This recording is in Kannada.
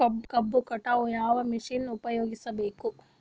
ಕಬ್ಬು ಕಟಾವಗ ಯಾವ ಮಷಿನ್ ಉಪಯೋಗಿಸಬೇಕು?